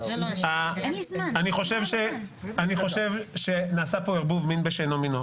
אני חושב שנעשה פה ערבוב מין בשאינו מינו.